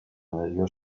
under